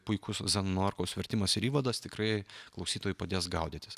puikus zenono norkaus vertimas ir įvadas tikrai klausytojui padės gaudytis